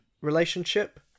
relationship